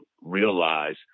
realize